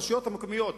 הרשויות המקומיות,